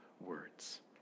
words